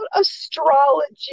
astrology